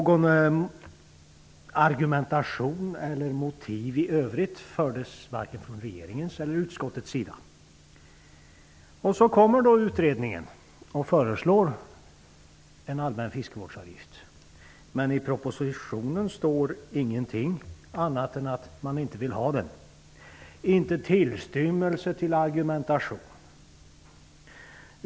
Någon argumentation eller motiv i övrigt framfördes varken från regeringens eller utskottets sida. Så kommer då utredningen, och den föreslår en allmän fiskevårdsavgift. Men i propositionen står ingenting annat än att man inte vill ha den. Det är inte tillstymmelse till argumentation.